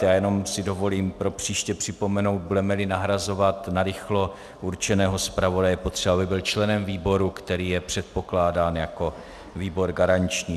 Já jenom si dovolím pro příště připomenout, budemeli nahrazovat narychlo určeného zpravodaje, je potřeba, aby byl členem výboru, který je předpokládán jako výbor garanční.